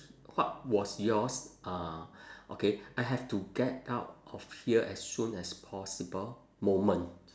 what was yours uh okay I have to get out of here as soon as possible moment